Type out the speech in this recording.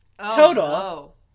total